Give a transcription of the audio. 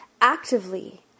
actively